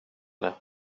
det